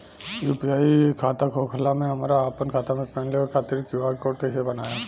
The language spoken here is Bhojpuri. यू.पी.आई खाता होखला मे हम आपन खाता मे पेमेंट लेवे खातिर क्यू.आर कोड कइसे बनाएम?